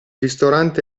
ristorante